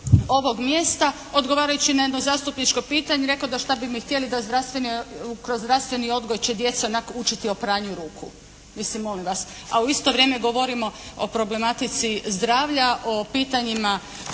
ovog mjesta odgovarajući na jedno zastupničko pitanje rekao da šta bi mi htjeli da je zdravstveni, kroz zdravstveni odgoj će djeca ionako učiti o pranju ruku. Mislim molim vas, a u isto vrijeme govorimo o problematici zdravlja, o pitanjima